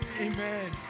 Amen